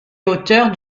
hauteurs